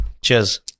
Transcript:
Cheers